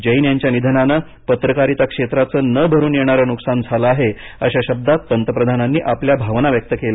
जैन यांच्या निधनानं पत्रकारिता क्षेत्राचं न भरून येणारं नुकसान झालं आहे अशा शब्दात पतप्रधानांनी आपल्या भावना व्यक्त केल्या